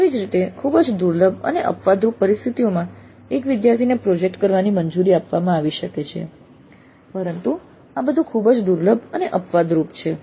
તેવી જ રીતે ખૂબ જ દુર્લભ અને અપવાદરૂપ પરિસ્થિતિઓમાં એક વિદ્યાર્થીને પ્રોજેક્ટ કરવાની મંજૂરી આપવામાં આવી શકે છે પરંતુ આ બધું ખૂબ જ દુર્લભ અને અપવાદરૂપ છે